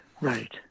right